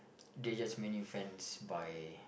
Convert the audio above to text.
they just Man-U fans by